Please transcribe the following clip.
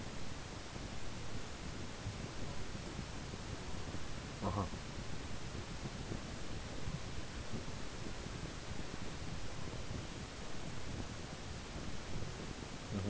(uh huh) mmhmm